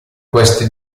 queste